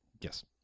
Yes